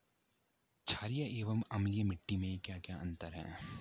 छारीय एवं अम्लीय मिट्टी में क्या क्या अंतर हैं?